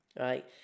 right